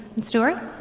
and stuart?